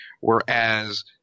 Whereas